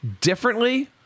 Differently